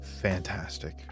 fantastic